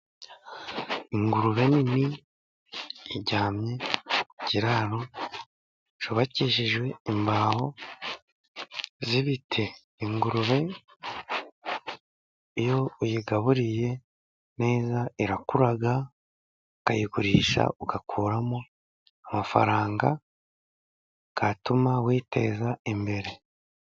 Ingurube nini iryamye mu kiraro cyubakishijwe imbaho z’ibiti. Ingurube iyo uyigaburiye neza irakura, ukayigurisha, ugakuramo amafaranga yatuma witeza imbere.